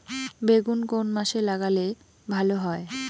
বেগুন কোন মাসে লাগালে ভালো হয়?